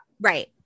Right